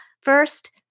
First